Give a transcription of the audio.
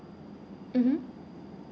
mmhmm